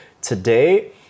today